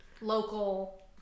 local